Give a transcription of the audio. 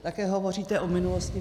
Také hovoříte o minulosti.